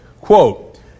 Quote